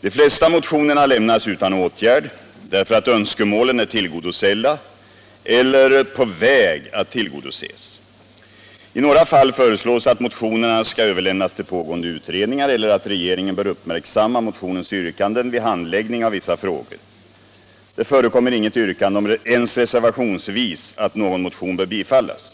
De flesta motionerna lämnas utan åtgärd, därför att önskemålen är tillgodosedda eller på väg att tillgodoses. I några fall föreslås att motionerna skall överlämnas till pågående utredningar eller att regeringen bör uppmärksamma motionens yrkanden vid handläggning av vissa frågor. Det förekommer inget yrkande ens reservationsvis att någon motion bör bifallas.